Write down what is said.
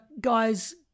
guys